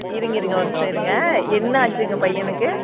இருங்க இருங்க ஒரு நிமிடம் இருங்க என்ன ஆச்சிங்க பையனுக்கு